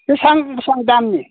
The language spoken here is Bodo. बिसां बिसां दामनि